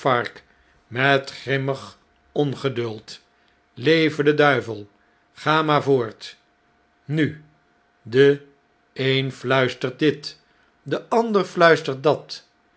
met grinlmig ongeduld leve de duivel ga maar voort nu de een fluistert dit de ander fluistert dat